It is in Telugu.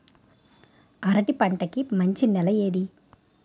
అరటి పంట కి మంచి నెల ఏది?